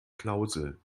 klausel